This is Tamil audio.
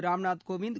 ராம்நாத் கோவிந்த்